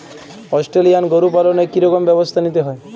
Australian গরু পালনে কি রকম ব্যবস্থা নিতে হয়?